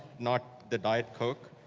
not the diet coke.